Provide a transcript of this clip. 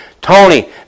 Tony